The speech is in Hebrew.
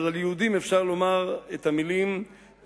אבל על יהודים אפשר לומר את המלה הקפאה.